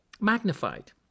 magnified